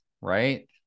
right